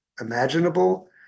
imaginable